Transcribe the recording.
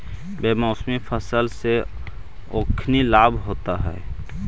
बेमौसमी फसल से ओखनी लाभ होइत हइ